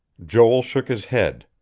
joel shook his head.